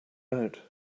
out